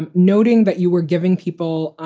um noting that you were giving people,